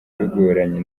bigoranye